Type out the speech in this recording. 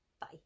Bye